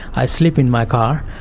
i sleep in my car.